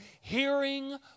Hearing